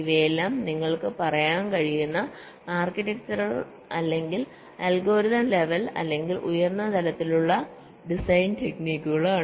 ഇവയെല്ലാം നിങ്ങൾക്ക് പറയാൻ കഴിയുന്ന ആർക്കിടെക്ടചറൽ അല്ലെങ്കിൽ അൽഗോരിതം ലെവൽ അല്ലെങ്കിൽ ഉയർന്ന തലത്തിലുള്ള ഡിസൈൻ ടെക്നിക്കുകളാണ്